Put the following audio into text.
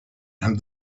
and